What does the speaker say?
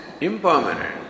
impermanent